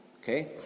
Okay